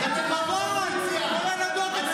אבא קרעי, נוכל הטינדר.